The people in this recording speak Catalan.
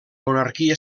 monarquia